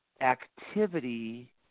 activity